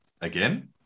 again